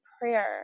prayer